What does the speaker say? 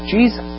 Jesus